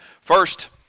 First